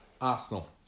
Arsenal